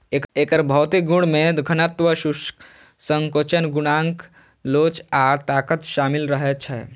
एकर भौतिक गुण मे घनत्व, शुष्क संकोचन गुणांक लोच आ ताकत शामिल रहै छै